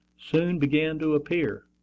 soon began to appear.